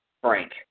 Frank